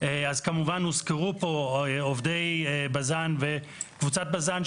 הוזכרו פה עובדי בז"ן וקבוצת בז"ן.